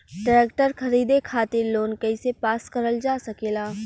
Tractor खरीदे खातीर loan कइसे पास करल जा सकेला?